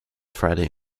friday